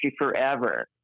forever